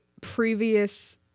previous